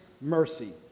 mercy